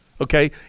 Okay